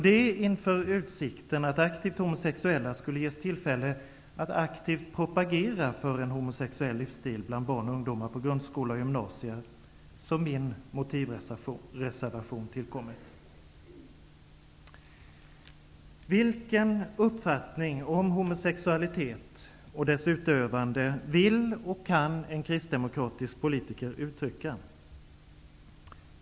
Det är inför utsikten att aktivt homosexuella skulle ges tillfälle att aktivt propagera för en homosexuell livsstil bland barn och ungdomar på grundskola och gymnasium som min motivreservation har tillkommit. Vilken uppfattning om homosexualitet och dess utövande vill och kan en kristdemokratisk politiker uttrycka?